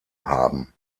haben